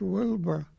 Wilbur